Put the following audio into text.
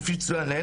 כפי שצוין לעיל,